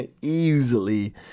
easily